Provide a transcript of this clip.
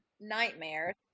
nightmares